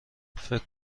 فکر